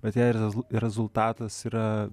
bet jei rez rezultatas yra